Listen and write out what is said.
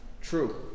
True